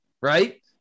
right